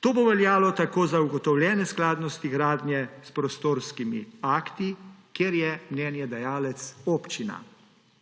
To bo veljalo za ugotovljene skladnosti gradnje s prostorskimi akti, kjer je mnenjedajalec občina.